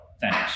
thanks